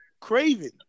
craving